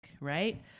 right